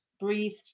breathed